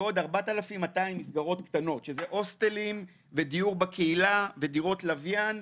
ועוד 4,200 מסגרות קטנות שזה הוסטלים ודיור בקהילה ודירות לווין.